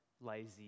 lazy